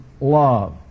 love